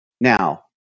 Now